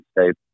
states